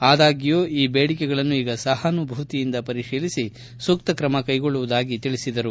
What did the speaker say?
ಆದಾಗ್ಡೂ ಈ ಬೇಡಿಕೆಗಳನ್ನು ಈಗ ಸಹಾನುಭೂತಿಯಿಂದ ಪರಿಶೀಲಿಸಿ ಸೂಕ್ತ ಕ್ರಮ ಕೈಗೊಳ್ಳುವುದಾಗಿ ತಿಳಿಸಿದರು